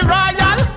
Royal